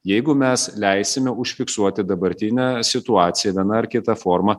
jeigu mes leisime užfiksuoti dabartinę situaciją viena ar kita forma